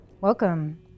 Welcome